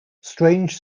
strange